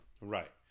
Right